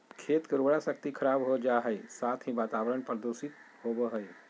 खेत के उर्वरा शक्ति खराब हो जा हइ, साथ ही वातावरण प्रदूषित होबो हइ